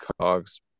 cogs